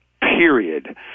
period